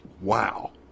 Wow